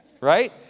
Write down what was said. right